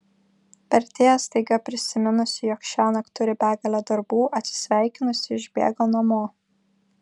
vertėja staiga prisiminusi jog šiąnakt turi begalę darbų atsisveikinusi išbėgo namo